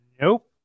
nope